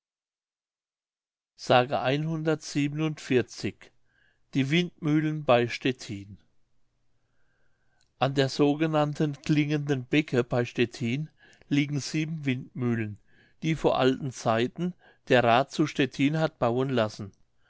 die windmühlen bei stettin an der sogenannten klingenden becke bei stettin liegen sieben windmühlen die vor alten zeiten der rath zu stettin hat bauen lassen